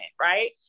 right